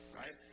right